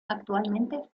actualmente